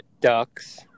ducks